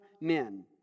men